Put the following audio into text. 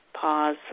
pause